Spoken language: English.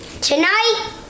Tonight